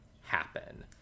happen